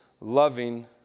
loving